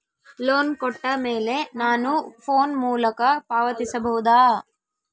Loan ಕೊಟ್ಟ ಮೇಲೆ ನಾನು ಫೋನ್ ಮೂಲಕ ಪಾವತಿಸಬಹುದಾ?